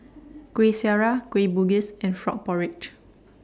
Kuih Syara Kueh Bugis and Frog Porridge